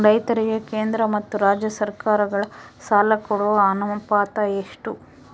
ರೈತರಿಗೆ ಕೇಂದ್ರ ಮತ್ತು ರಾಜ್ಯ ಸರಕಾರಗಳ ಸಾಲ ಕೊಡೋ ಅನುಪಾತ ಎಷ್ಟು?